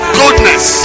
goodness